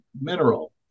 mineral